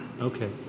Okay